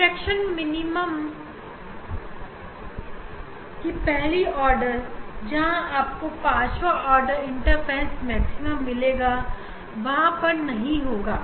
diffraction meaning की पहली order जहां हमें पांचवा ऑर्डर इंटरफेरेंस मैक्सिमा मिलेगा पर वह वहां नहीं होगा